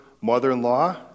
mother-in-law